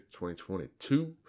2022